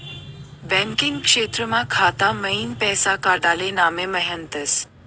banking क्षेत्रमा खाता मईन पैसा काडाले नामे म्हनतस